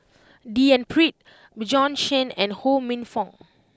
D N Pritt Bjorn Shen and Ho Minfong